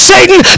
Satan